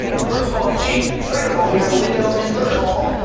but first of all, it's cheap. second of all, we have a window. and third of all,